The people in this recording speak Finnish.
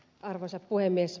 arvoisa puhemies